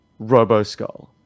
RoboSkull